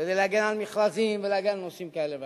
כדי להגן על מכרזים ולהגן על נושאים כאלה ואחרים.